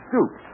Soup